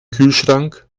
kühlschrank